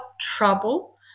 trouble